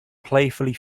playfully